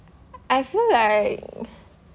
I feel like